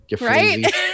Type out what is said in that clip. Right